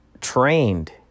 trained